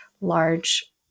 large